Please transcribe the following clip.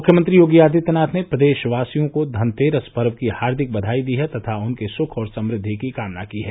मुख्यमंत्री योगी आदित्यनाथ ने प्रदेशवासियों को धनतेरस पर्व की हार्दिक बधाई दी है तथा उनके सुख और समृद्वि की कामना की है